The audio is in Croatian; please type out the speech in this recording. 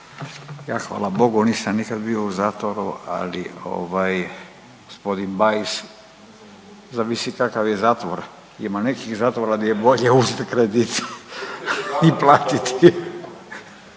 Ja, hvala Bogu nisam nikad bio u zatvoru, ali ovaj, g. Bajs, zavisi kakav je zatvor. Ima nekih zatvora di je bolje uzeti kredit i platiti.